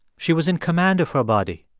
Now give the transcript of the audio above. she was in command of her body.